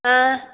ആ